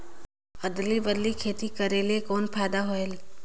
अदली बदली खेती करेले कौन फायदा होयल?